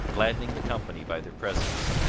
gladdening the company by their presence.